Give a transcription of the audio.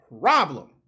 problem